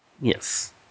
Yes